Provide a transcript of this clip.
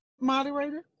moderator